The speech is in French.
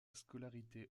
scolarité